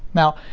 now,